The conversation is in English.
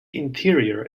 interior